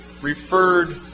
referred